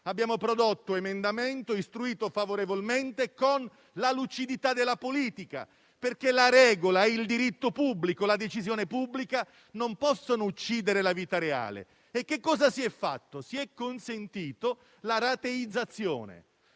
Abbiamo presentato un emendamento e lo abbiamo istruito favorevolmente, con la lucidità della politica, perché la regola, il diritto pubblico e la decisione pubblica non possono uccidere la vita reale e così si è consentita la rateizzazione.